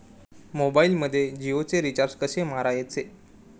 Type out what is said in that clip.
मोबाइलमध्ये जियोचे रिचार्ज कसे मारायचे?